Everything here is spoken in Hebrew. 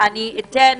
אתן